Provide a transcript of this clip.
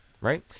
right